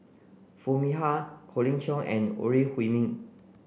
Foo Mee Har Colin Cheong and Ore Huiying